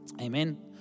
Amen